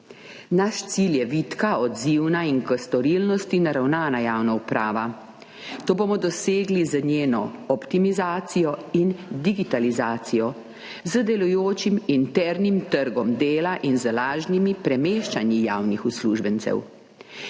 Naš cilj je vitka, odzivna in k storilnosti naravnana javna uprava. To bomo dosegli z njeno optimizacijo in digitalizacijo, z delujočim internim trgom dela in z lažnimi premeščanji javnih uslužbencev.